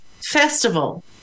festival